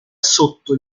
sotto